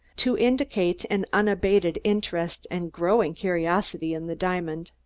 to indicate an unabated interest and growing curiosity in the diamond.